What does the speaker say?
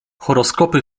horoskopy